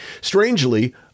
Strangely